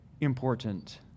important